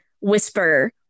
whisper